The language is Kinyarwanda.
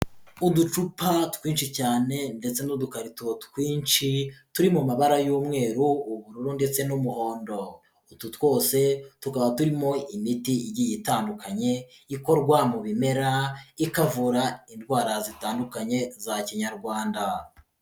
Uducupa twinshi cyane ndetse n'udukarito twinshi turi mu mabara y'umweru, ubururu, ndetse n'umuhondo. Utu twose tukaba turimo imiti igiye itandukanye ikorwa mu bimera ikavura indwara zitandukanye za Kinyarwanda.